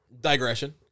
digression